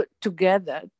together